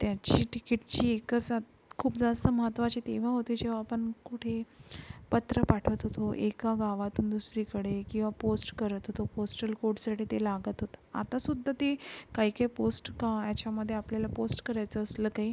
त्याची तिकीटाची एकच आ खूप जास्त महत्त्वाचे तेव्हा होते जेव्हा आपण कुठे पत्र पाठवत होतो एका गावातून दुसरीकडे किंवा पोस्ट करत होतो पोस्टल कोडसाठी ते लागत होतं आतासुद्धा ते काही काही पोस्ट का याच्यामध्ये आपल्याला पोस्ट करायचं असलं काही